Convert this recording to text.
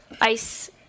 ice